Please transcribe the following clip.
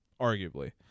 arguably